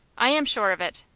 i am sure of it.